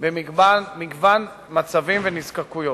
במגוון מצבים ונזקקויות.